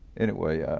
anyway,